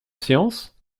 séance